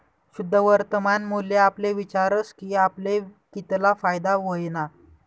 शुद्ध वर्तमान मूल्य आपले विचारस की आपले कितला फायदा व्हयना